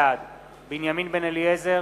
בעד בנימין בן-אליעזר,